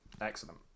Excellent